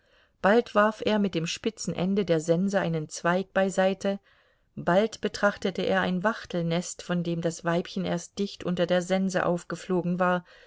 bald warf er mit dem spitzen ende der sense einen zweig beiseite bald betrachtete er ein wachtelnest von dem das weibchen erst dicht unter der sense aufgeflogen war